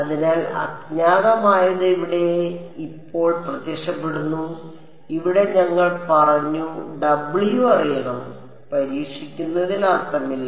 അതിനാൽ അജ്ഞാതമായത് ഇവിടെ ഇപ്പോൾ പ്രത്യക്ഷപ്പെടുന്നു ഇവിടെ ഞങ്ങൾ പറഞ്ഞു W അറിയണം പരീക്ഷിക്കുന്നതിൽ അർത്ഥമില്ല